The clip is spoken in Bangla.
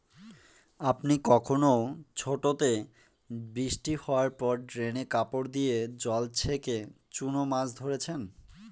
আপনি কখনও ছোটোতে বৃষ্টি হাওয়ার পর ড্রেনে কাপড় দিয়ে জল ছেঁকে চুনো মাছ ধরেছেন?